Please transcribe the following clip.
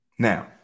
Now